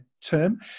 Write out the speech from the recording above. term